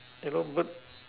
yellow bird